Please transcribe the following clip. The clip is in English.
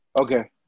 Okay